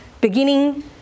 beginning